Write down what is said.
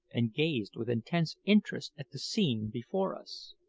and gazed with intense interest at the scene before us.